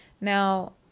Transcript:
Now